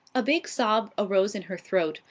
a big sob arose in her throat,